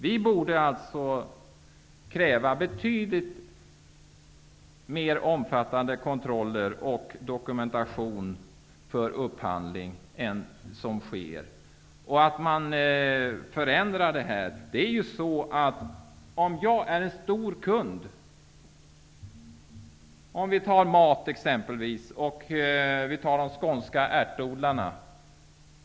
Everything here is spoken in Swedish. Vi borde alltså kräva betydligt mer omfattande dokumentation och kontroll av upphandling än som nu sker och att man ändrar på detta. Låt oss ta som exempel de skånska ärtodlarna, som ju är storkunder.